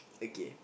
okay